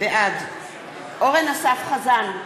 בעד אורן אסף חזן,